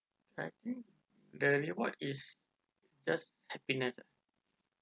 the reward is just a peanut